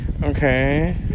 Okay